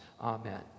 Amen